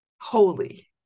holy